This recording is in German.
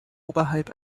oberhalb